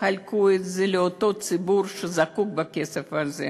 תחלקו את זה לאותו ציבור שזקוק לכסף הזה.